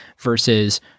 versus